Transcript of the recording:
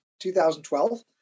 2012